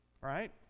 right